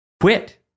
Quit